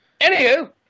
Anywho